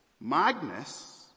Magnus